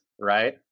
Right